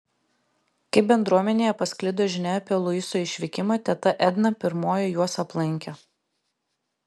kai bendruomenėje pasklido žinia apie luiso išvykimą teta edna pirmoji juos aplankė